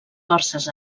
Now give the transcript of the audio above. forces